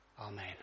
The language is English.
Amen